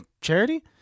Charity